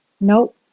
nope